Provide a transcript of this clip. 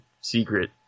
secret